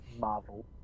Marvel